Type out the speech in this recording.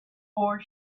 four